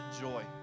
joy